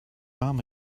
arm